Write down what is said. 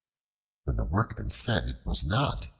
when the workman said it was not,